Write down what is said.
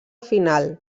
final